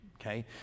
Okay